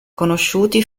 conosciuti